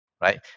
right